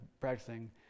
practicing